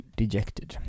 dejected